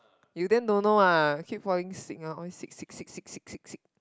you then don't know ah keep falling sick always sick sick sick sick sick sick sick